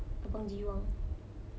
abang jiwang